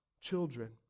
children